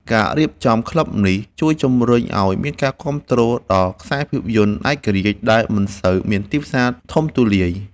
ការរៀបចំក្លឹបនេះជួយជំរុញឱ្យមានការគាំទ្រដល់ខ្សែភាពយន្តឯករាជ្យដែលមិនសូវមានទីផ្សារធំទូលាយ។